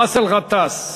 באסל גטאס.